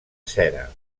cera